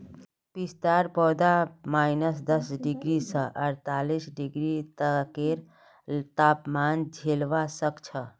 पिस्तार पौधा माइनस दस डिग्री स अड़तालीस डिग्री तकेर तापमान झेलवा सख छ